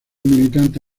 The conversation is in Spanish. militante